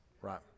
right